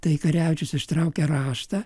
tai karevičius ištraukė raštą